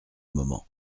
moment